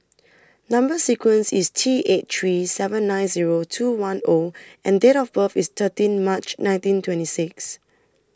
Number sequence IS T eight three seven nine Zero two one O and Date of birth IS thirteen March nineteen twenty six